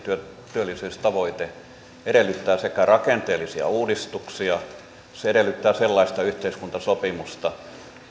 työllisyystavoite edellyttää rakenteellisia uudistuksia se edellyttää sellaista yhteiskuntasopimusta